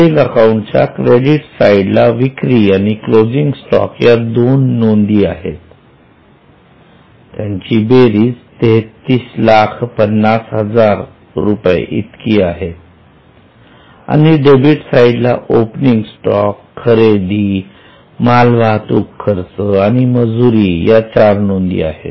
trading अकाउंटच्या credit साईडला विक्री आणि क्लोजिंग स्टॉक या दोन नोंदी आहेत त्यांची बेरीज 33 लाख 50 हजार आहे आणि डेबिट साईडला ओपनिंग स्टॉक खरेदी मालवाहतूक खर्च आणि मजुरी या चार नोंदी आहेत